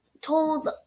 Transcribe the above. told